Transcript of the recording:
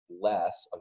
less